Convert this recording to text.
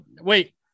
Wait